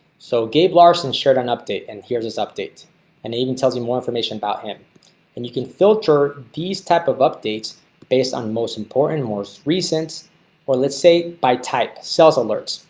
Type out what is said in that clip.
so gabe larson shirt on update and here's this. and even tells you more information about him and you can filter these type of updates based on most important more three cents or let's say by type cells alerts